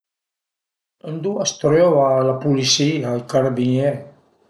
Ën due a s'tröva la pulisìa, i carabinié